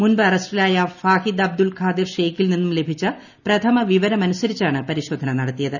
മുൻപ് അറസ്റ്റിലായ വാഹിദ് അബ്ബ്ദുൾ കാദിർ ഷെയ്ഖിൽ നിന്നും ലഭിച്ച പ്രഥമ വിവരമനുസരിച്ചാണ് പരിശോധന നടത്തിയത്